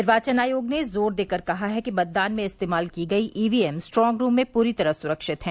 निर्वाचन आयोग ने जोर देकर कहा है कि मतदान में इस्तेमाल की गई E V M strong room में पूरी तरह सुरक्षित हैं